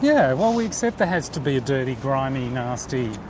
yeah. well we accept there has to be a dirty, grimy, nasty.